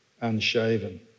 unshaven